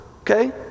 okay